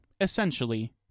Essentially